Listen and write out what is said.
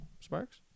Sparks